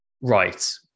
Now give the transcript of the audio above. Right